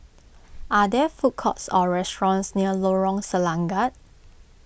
are there food courts or restaurants near Lorong Selangat